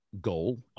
goal